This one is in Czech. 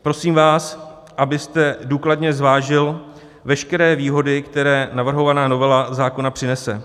Prosím vás, abyste důkladně zvážil veškeré výhody, které navrhovaná novela zákona přinese.